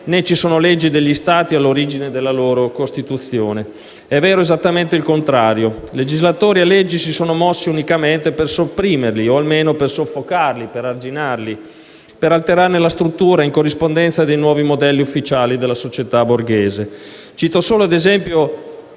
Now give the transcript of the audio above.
né ci sono leggi degli Stati all'origine della loro costituzione. È vero esattamente il contrario: legislatori e leggi si sono mossi unicamente per sopprimerli, o almeno per soffocarli, per arginarli, per alterarne la struttura in corrispondenza dei nuovi modelli ufficiali della società borghese. Cito solo a titolo